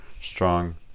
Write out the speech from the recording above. strong